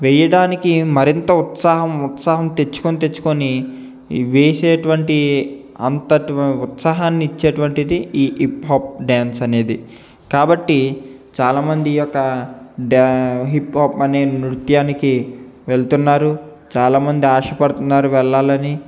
వేయడానికి మరింత ఉత్సాహం ఉత్సాహం తెచ్చుకుని తెచ్చుకొని వేసేటువంటి అంతటి ఉత్సాహాన్ని ఇచ్చేటటువంటిది ఈ హిప్పోప్ డ్యాన్స్ అనేది కాబట్టి చాలామంది ఈ ఒక డ్యా హిప్పోప్ అనే నృత్యానికి వెళ్తున్నారు చాలామంది ఆశపడుతున్నారు వెళ్లాలని